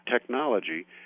technology